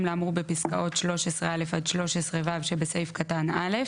לאמור בפסקאות (13א) עד (13ו) שבסעיף קטן (א)